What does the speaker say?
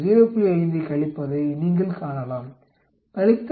5 ஐக் கழிப்பதை நீங்கள் காணலாம் கழித்தல் 0